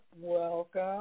welcome